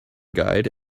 guide